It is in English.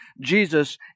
Jesus